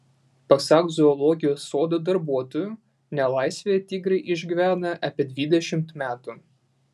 pasak zoologijos sodo darbuotojų nelaisvėje tigrai išgyvena apie dvidešimt metų